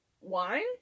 wine